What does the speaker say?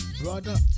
brother